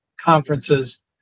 conferences